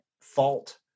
fault